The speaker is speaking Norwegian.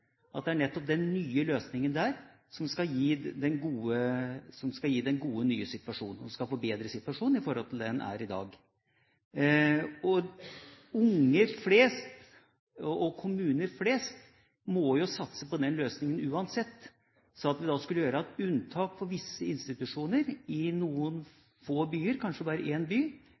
Statped. Det er nettopp den nye løsninga der som skal gi den gode nye situasjonen, som skal forbedre situasjonen i forhold til slik den er i dag. Unger flest, og kommuner flest, må jo satse på den løsninga uansett. Så det at vi skulle gjøre et unntak for visse institusjoner i noen få byer – kanskje bare i én by